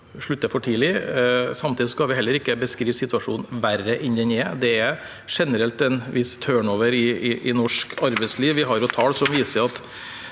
slutter for tidlig. Samtidig skal vi heller ikke beskrive situasjonen som verre enn den er. Det er generelt en viss «turnover» i norsk arbeidsliv. Vi har tall og analyser som viser at